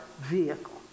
vehicle